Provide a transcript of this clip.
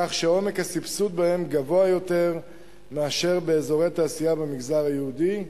כך שהסבסוד שלהם גבוה יותר מאשר באזורי תעשייה במגזר היהודי.